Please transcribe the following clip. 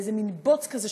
באיזה בוץ כזה,